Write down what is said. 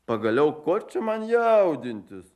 pagaliau ko čia man jaudintis